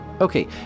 Okay